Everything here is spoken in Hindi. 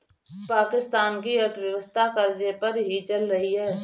पाकिस्तान की अर्थव्यवस्था कर्ज़े पर ही चल रही है